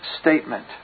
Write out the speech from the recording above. statement